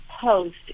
post